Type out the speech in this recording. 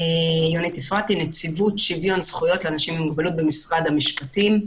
אני מנציבות שוויון זכויות לאנשים עם מוגבלות במשרד המשפטים.